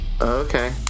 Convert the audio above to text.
Okay